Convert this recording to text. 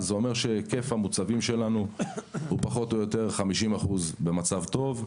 זה אומר שהיקף המוצבים שלנו הוא פחות או יותר 50% במצב טוב,